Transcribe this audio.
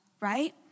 right